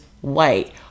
white